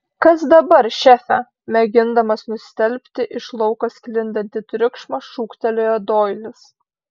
kas dabar šefe mėgindamas nustelbti iš lauko sklindantį triukšmą šūktelėjo doilis